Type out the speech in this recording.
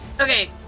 Okay